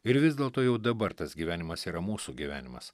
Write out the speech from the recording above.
ir vis dėlto jau dabar tas gyvenimas yra mūsų gyvenimas